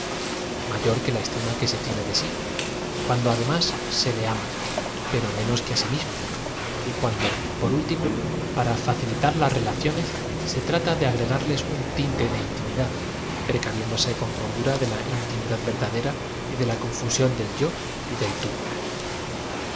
ayor que la estima que se tiene de si cuan do además se le ama pero menos que á sí mismo y cuando por último para facilitar las relaciones ae trata de agregarles un tin u de intimidad precavién dose con cordura de la intimidad verdadera y de la coniusión del y o y del tú